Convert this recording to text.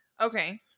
Okay